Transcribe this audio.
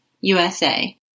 USA